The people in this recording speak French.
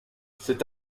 c’est